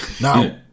Now